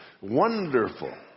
Wonderful